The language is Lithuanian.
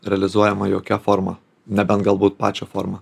realizuojama jokia forma nebent galbūt pačią formą